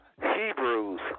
Hebrews